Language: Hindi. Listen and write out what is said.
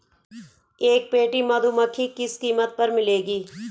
एक पेटी मधुमक्खी किस कीमत पर मिलेगी?